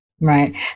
Right